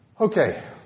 Okay